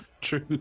True